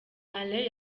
alain